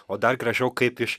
o dar gražiau kaip iš